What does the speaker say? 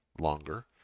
longer